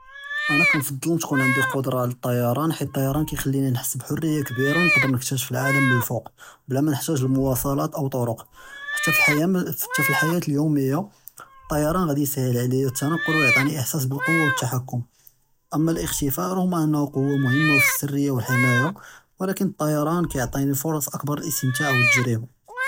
אנה קנפדל tkun ענדי כודרה עלא אלטיראן, חית אלטיראן קייחליני נחהס בחריה קבירה ו נقدر נקטשף אלעאלם מן אלפו’ק בלא מא נחתאג מועאסלאת או טרק חתא פילחיא יום-יום. אלטיראן גאדי יסתאהל עליא אלתנقل ויעטיני איחסאס בלקווה ואלתחתם, אמא אלאיחתפאא ר’רם אן’ו כוחה מחימה פאסריה ופלחימיה ולקין אלטיראן קיעטיני פורס אכבר ללהסתמתע ואלתג’ריבה.